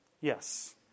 Yes